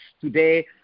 today